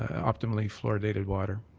optimally fluoridated water.